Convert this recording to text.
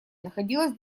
находилась